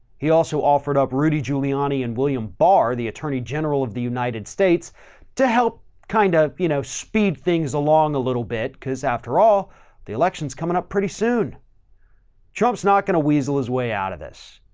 he also offered up rudy giuliani and william barr, the attorney general of the united states help kind of, you know, speed things along a little bit. cause after all the elections coming up, pretty soon trump's not going to weasel his way out of this.